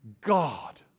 God